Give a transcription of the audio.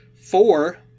four